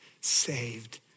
saved